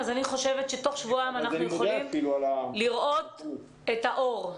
אז אני חושבת שתוך שבועיים אנחנו יכולים לראות את האור.